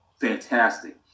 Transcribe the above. fantastic